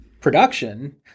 production